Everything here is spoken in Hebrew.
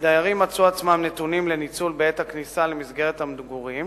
שדיירים מצאו את עצמם נתונים לניצול בעת הכניסה למסגרת המגורים